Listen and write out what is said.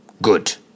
Good